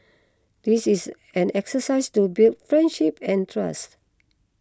this is an exercise to build friendship and trust